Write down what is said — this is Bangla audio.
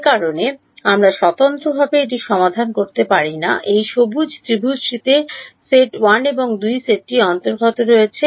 যে কারণে আমরা স্বতন্ত্রভাবে এটি সমাধান করতে পারি না এই সবুজ ত্রিভুজটিতে সেট 1 এবং 2 সেটটি অন্তর্ভুক্ত রয়েছে